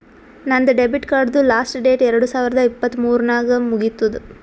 ನಂದ್ ಡೆಬಿಟ್ ಕಾರ್ಡ್ದು last date ಎರಡು ಸಾವಿರದ ಇಪ್ಪತ್ ಮೂರ್ ನಾಗ್ ಮುಗಿತ್ತುದ್